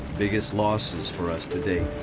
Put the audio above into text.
biggest losses for us to date.